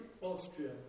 Austria